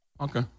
Okay